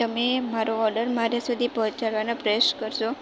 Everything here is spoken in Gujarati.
તમે મારો ઓર્ડર મારા સુધી પહોંચાડવાનો પ્રયાસ કરશો